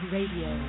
Radio